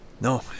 No